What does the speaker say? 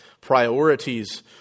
priorities